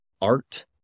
art